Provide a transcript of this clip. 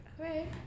okay